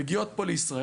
מגיע פה לישראל,